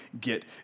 get